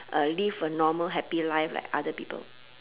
uh leave a normal happy life like other people